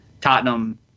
tottenham